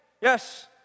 Yes